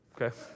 okay